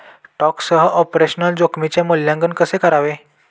स्टॉकसह ऑपरेशनल जोखमीचे मूल्यांकन कसे करावे?